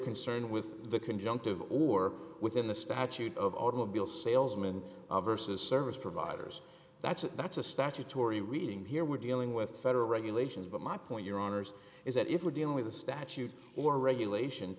concerned with the conjunctive or within the statute of automobile salesman versus service providers that's a that's a statutory reading here we're dealing with federal regulations but my point your honour's is that if we're dealing with a statute or regulation